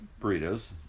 burritos